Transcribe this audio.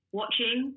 watching